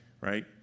right